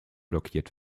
blockiert